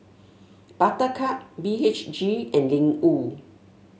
Buttercup B H G and Ling Wu